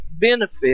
benefit